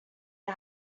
det